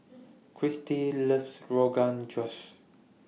Krystin loves Rogan Josh